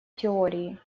теории